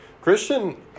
christian